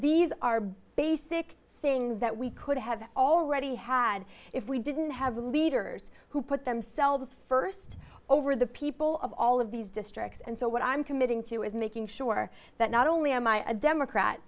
these are basic things that we could have already had if we didn't have leaders who put themselves first over the people of all of these districts and so what i'm committing to is making sure that not only am i a democrat